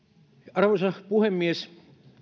arvoisa puhemies